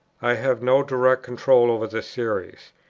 i have no direct control over the series.